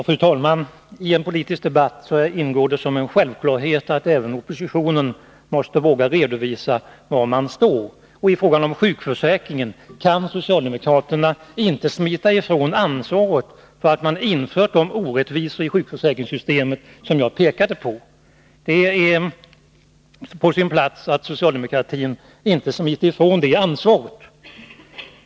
Fru talman! I en politisk debatt ingår det som en självklarhet att även oppositionen måste våga redovisa var den står. I fråga om sjukförsäkringen kan socialdemokraterna inte smita ifrån ansvaret för att de har infört de orättvisor i systemet som jag pekade på. Det är på sin plats att socialdemokratin inte smiter ifrån det ansvaret.